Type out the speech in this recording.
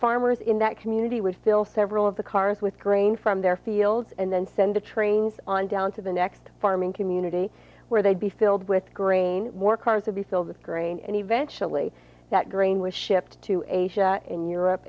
farmers in that community would fill several of the cars with grain from their fields and then send the trains on down to the next farming community where they'd be filled with grain more cars would be filled with grain and eventually that grain was shipped to asia in europe